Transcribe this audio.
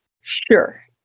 sure